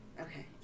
Okay